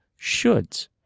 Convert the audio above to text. shoulds